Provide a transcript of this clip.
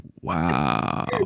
wow